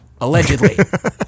Allegedly